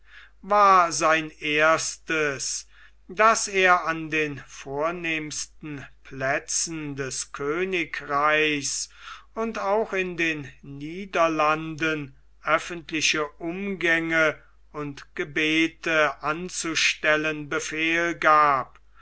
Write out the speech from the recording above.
war sein erstes daß er an den vornehmsten plätzen des königreichs und auch in den niederlanden öffentliche umgänge und gebete anzustellen befehl gab